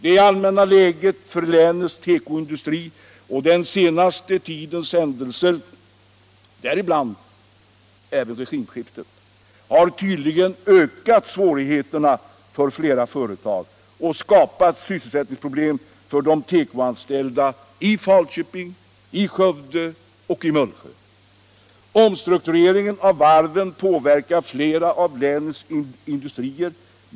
Det allmänna läget för länets tekoindustri och den senaste tidens händelser — däribland även regimskiftet — har tydligen ökat svårigheterna för flera företag och skapat sysselsättningsproblem för de tekoanställda i Falköping, Skövde och Mullsjö. Omstruktureringen av varven påverkar flera av länets industrier.